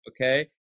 okay